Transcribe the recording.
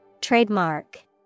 Trademark